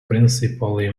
principally